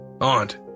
aunt